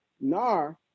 NAR